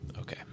Okay